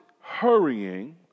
hurrying